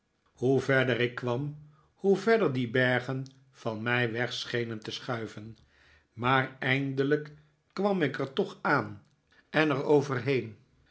hoe verder ik kwam hoe verder die bergen van mij weg schenen te schuiven maar eindelijk kwam ik er toch aan en er overheen